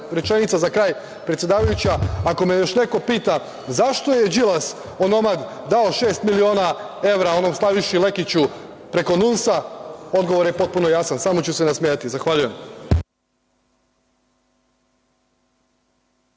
rečenica za kraj, predsedavajuća, ako me još neko pita, zašto je Đilas onomad dao šest miliona evra onom Slaviši Lekiću preko NUNS-a, odgovor je potpuno jasan, samo ću se nasmejati. Zahvaljujem.